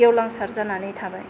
गेवलांसार जानानै थाबाय